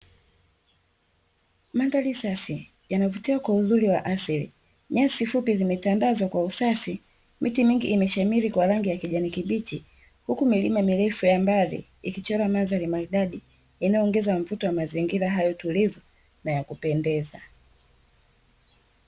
Mandhari safi yanavutia kwa uzuri wa asili, nyasi fupi zimetandazwa kwa usafi, miti mingi imeshamiri kwa rangi ya kijani kibichi, huku milima mirefu ya mbali ikichora mandhari maridadi inayoongeza mvuto wa mazingira hayo tulivu na ya kupendeza.